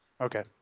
Okay